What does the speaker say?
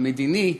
המדיני,